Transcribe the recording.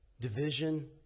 division